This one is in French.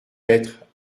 être